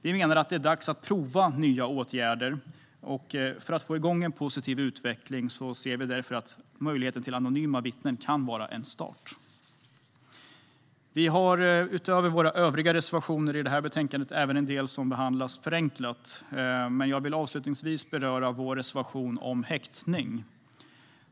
Vi menar att det är dags att prova nya åtgärder. För att få igång en positiv utveckling kan möjligheten att vittna anonymt vara en start. Vi har, utöver våra övriga reservationer i det här betänkandet, även en del som behandlas förenklat. Men jag vill avslutningsvis beröra vår reservation om häktning.